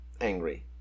angry